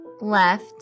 left